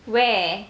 where